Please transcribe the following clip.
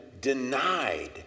denied